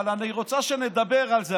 אבל אני רוצה שנדבר על זה.